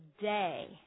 day